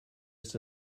its